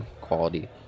quality